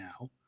now